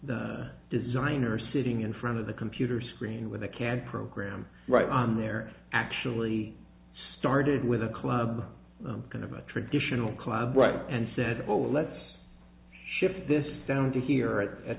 the designer sitting in front of the computer screen with the cad program right on there actually started with a club kind of a traditional club right and said well let's shift this down to here at